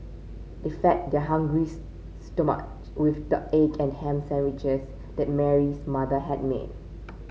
they fed their hungry stomach with the egg and ham sandwiches that Mary's mother had made